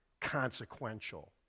consequential